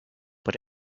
but